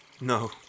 No